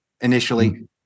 initially